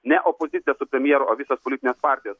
ne opozicija su premjeru o visos politinės partijos